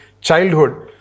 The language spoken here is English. childhood